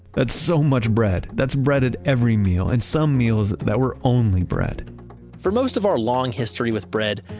that's so much bread, that's bread at every meal, and some meals that were only bread for most of our long history with bread,